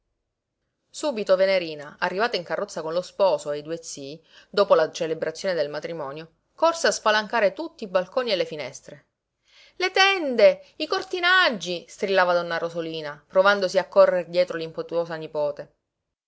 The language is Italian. subito venerina arrivata in carrozza con lo sposo e i due zii dopo la celebrazione del matrimonio corse a spalancare tutti i balconi e le finestre le tende i cortinaggi strillava donna rosolina provandosi a correr dietro l'impetuosa nipote